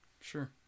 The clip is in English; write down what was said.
sure